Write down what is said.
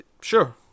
Sure